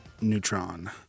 Neutron